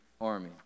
army